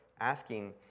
asking